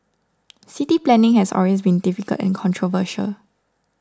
city planning has always been difficult and controversial